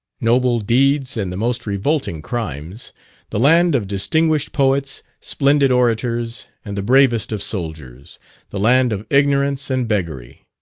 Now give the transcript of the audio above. noble deeds and the most revolting crimes the land of distinguished poets, splendid orators, and the bravest of soldiers the land of ignorance and beggary!